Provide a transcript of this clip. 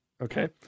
Okay